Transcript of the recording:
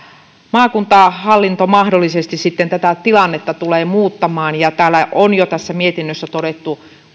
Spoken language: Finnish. maakuntahallinto mahdollisesti sitten tätä tilannetta tulee muuttamaan tässä mietinnössä on jo todettu